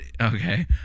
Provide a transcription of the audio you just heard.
okay